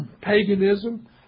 paganism